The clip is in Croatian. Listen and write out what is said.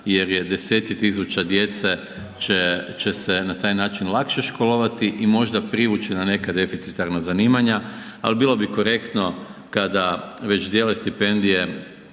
jer je 10-ci tisuća djece će se na taj način lakše školovati i možda privući na neka deficitarna zanimanja, al bilo bi korektno kada već dijele stipendije